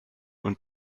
und